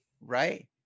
Right